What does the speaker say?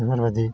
बेफोरबादि